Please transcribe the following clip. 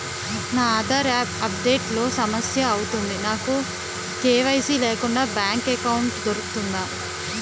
నా Aadhaar update లో సమస్య వుంది నాకు కే.వై.సీ లేకుండా బ్యాంక్ ఎకౌంట్దొ రుకుతుందా?